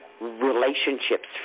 relationships